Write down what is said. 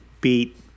beat